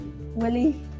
Willie